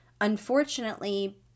unfortunately